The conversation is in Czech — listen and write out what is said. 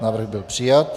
Návrh byl přijat.